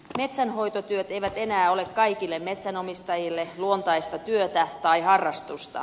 metsänhoitotyöt eivät enää ole kaikille metsänomistajille luontaista työtä tai harrastusta